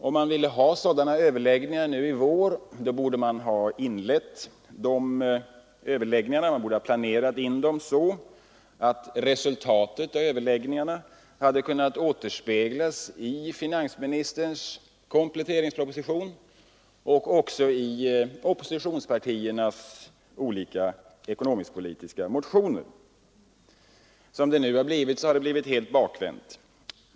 Om man ville ha sådana överläggningar i vår, så borde man ha inlett dem och planerat in dem så att resultatet av överläggningarna hade kunnat återspeglas i finansministerns kompletteringsproposition och även i oppositionspartiernas olika ekonomisk-politiska motioner. Nu blev det helt bakvänt.